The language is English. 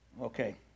Okay